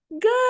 Good